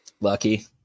Lucky